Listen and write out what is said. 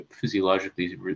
physiologically